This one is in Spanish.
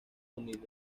unidos